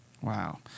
Wow